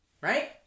Right